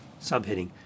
Subheading